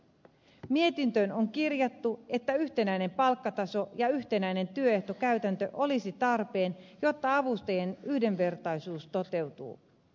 mietintöön on kirjattu että yhtenäinen palkkataso ja yhtenäinen työehtokäytäntö olisivat tarpeen jotta avustajien yhdenvertaisuus toteutuu